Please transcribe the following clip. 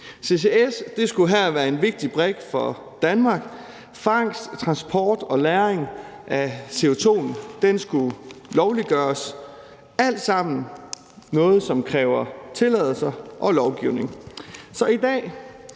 CCS skulle her være en vigtig brik for Danmark. Fangst, transport og lagring af CO2 skulle lovliggøres. Det er alt sammen noget, som kræver tilladelser og lovgivning. Så i dag,